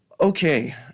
okay